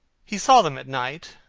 he saw them at night,